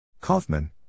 Kaufman